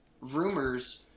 rumors